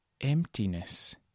Emptiness